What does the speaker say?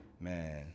man